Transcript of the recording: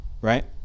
right